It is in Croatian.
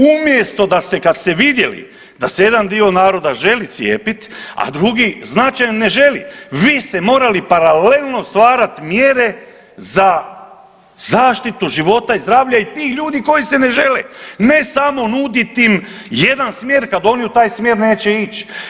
Umjesto da ste kad ste vidjeli da se jedan dio naroda želi cijepit, a drugi značajan ne želi, vi ste morali paralelno stvarat mjere za zaštitu života i zdravlja i tih ljudi koji se ne žele ne samo nuditi im jedan smjer kad oni u taj smjer neće ići.